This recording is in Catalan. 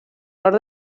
nord